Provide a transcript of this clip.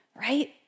Right